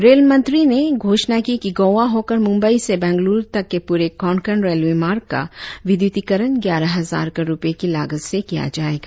rail मंत्री ने घोषणा की कि गोआ होकर मुम्बई से मेंगलुरु तक के पूरे कोंकण रेलवे मार्ग का विद्युतीकरण ग्यारह हजार करोड़ रुपये की लागत से किया जाएगा